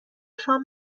شام